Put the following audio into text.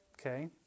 Okay